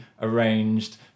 arranged